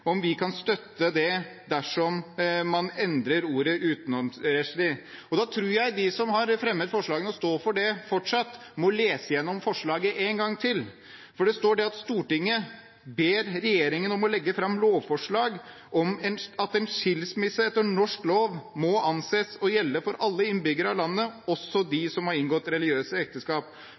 om vi kan støtte forslag til vedtak VII dersom man endrer ordene til «utenomrettslig». Da tror jeg de som har fremmet forslaget, og står for det fortsatt, må lese gjennom forslaget en gang til. For det står: «Stortinget ber regjeringen om å legge fram lovforslag om at en skilsmisse etter norsk lov må anses å gjelde for alle innbyggere av landet, også de som har inngått religiøse ekteskap.»